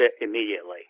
immediately